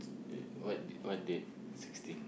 it what date what date sixteen